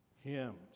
hymns